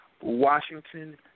Washington